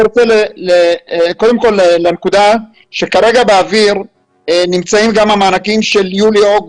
קודם כל לנקודה שכרגע באוויר נמצאים גם המענקים של יולי-אוגוסט.